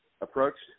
approached